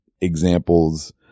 examples